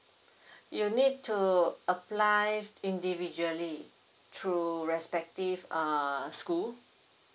you need to apply individually through respective err school